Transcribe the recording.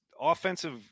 offensive